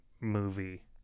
movie